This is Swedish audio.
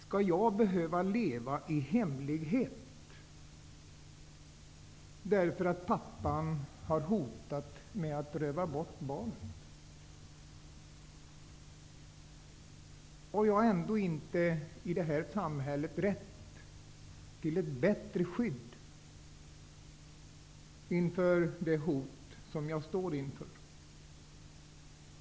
Skall jag behöva leva i hemlighet därför att pappan har hotat med att röva bort barnet? Har jag i detta samhälle ändå inte rätt till ett bättre skydd inför det hot som jag står inför?